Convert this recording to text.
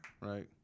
Right